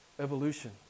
evolution